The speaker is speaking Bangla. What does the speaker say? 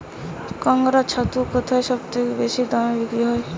কাড়াং ছাতু কোথায় সবথেকে বেশি দামে বিক্রি হয়?